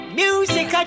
music